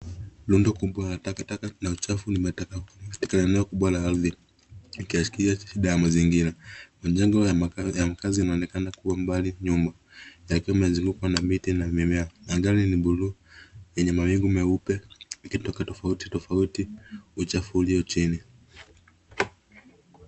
Rundu kubwa la takataka na uchafu umetapakaa ikienea kubwa ya aridhi ikiashiria shida ya mazingira. Majengo ya makazi inaonekana kwa umbali nyuma yakiwa imezungungwa na miti na mimea. Angani ni bluu enye mawingu meupe tafauti tafauti uchafu ulio chini.